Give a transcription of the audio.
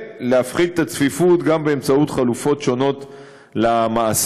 ולהפחית את הצפיפות גם באמצעות חלופות שונות למאסר,